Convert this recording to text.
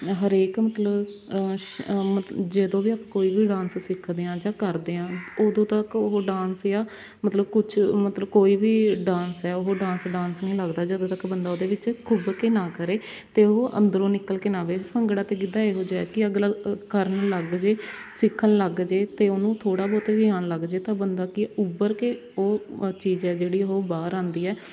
ਹਰੇਕ ਮਤਲਬ ਸ਼ ਮਤਲਬ ਜਦੋਂ ਵੀ ਕੋਈ ਵੀ ਡਾਂਸ ਸਿਖਦੇ ਹਾਂ ਜਾਂ ਕਰਦੇ ਹਾਂ ਉਦੋਂ ਤੱਕ ਉਹ ਡਾਂਸ ਜਾਂ ਮਤਲਬ ਕੁਛ ਮਤਲਬ ਕੋਈ ਵੀ ਡਾਂਸ ਹੈ ਉਹ ਡਾਂਸ ਡਾਂਸ ਨਹੀਂ ਲੱਗਦਾ ਜਦੋਂ ਤੱਕ ਬੰਦਾ ਉਹਦੇ ਵਿੱਚ ਖੁੱਭ ਕੇ ਨਾ ਕਰੇ ਅਤੇ ਉਹ ਅੰਦਰੋਂ ਨਿਕਲ ਕੇ ਨਾ ਆਵੇ ਭੰਗੜਾ ਅਤੇ ਗਿੱਧਾ ਇਹੋ ਜਿਹਾ ਕਿ ਅਗਲਾ ਅ ਕਰਨ ਲੱਗ ਜੇ ਸਿੱਖਣ ਲੱਗ ਜੇ ਅਤੇ ਉਹਨੂੰ ਥੋੜ੍ਹਾ ਬਹੁਤ ਵੀ ਆਉਣ ਲੱਗ ਜੇ ਤਾਂ ਬੰਦਾ ਕਿ ਉੱਭਰ ਕੇ ਉਹ ਚੀਜ਼ ਹੈ ਜਿਹੜੀ ਉਹ ਬਾਹਰ ਆਉਂਦੀ ਹੈ